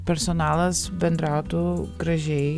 personalas bendrautų gražiai